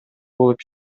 болуп